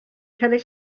cerrig